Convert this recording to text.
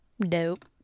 dope